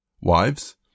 Wives